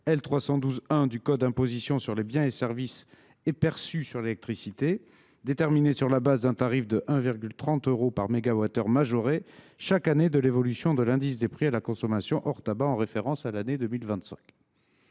L. 312 1 du code des impositions sur les biens et services et perçue sur l’électricité, déterminée sur la base d’un tarif de 1,30 euro par mégawattheure majoré chaque année de l’évolution de l’indice des prix à la consommation hors tabac en référence à l’année 2025.